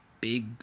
big